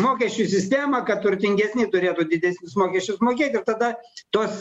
mokesčių sistema kad turtingesni turėtų didesnius mokesčius mokėti ir tada tos